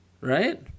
right